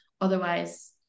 otherwise